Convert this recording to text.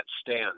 stand